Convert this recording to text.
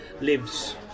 lives